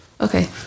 Okay